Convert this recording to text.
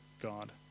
God